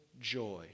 joy